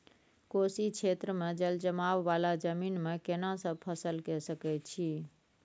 कोशी क्षेत्र मे जलजमाव वाला जमीन मे केना सब फसल के सकय छी?